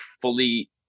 fully